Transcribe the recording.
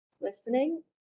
listening